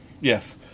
Yes